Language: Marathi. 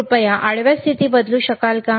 कृपया आडव्या स्थिती बदलू शकाल का